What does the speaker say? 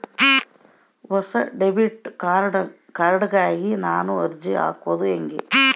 ಹೊಸ debit card ಗಾಗಿ ನಾನು ಅರ್ಜಿ ಹಾಕೊದು ಹೆಂಗ?